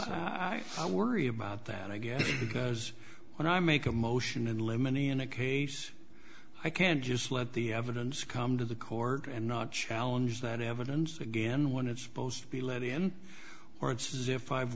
i i worry about that again because when i make a motion in limine in a case i can't just let the evidence come to the court and not challenge that evidence again when it's supposed to be let in or it's